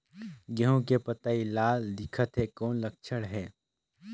गहूं के पतई लाल दिखत हे कौन लक्षण हे?